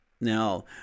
Now